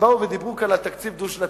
כשבאו ודיברו כאן על תקציב דו-שנתי,